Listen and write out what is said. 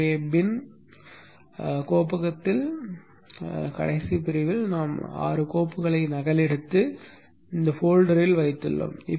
எனவே பின் கோப்பகத்தில் கடைசி பிரிவில் நாம் 6 கோப்புகளை நகலெடுத்து இந்த போல்டரில் வைத்துள்ளோம்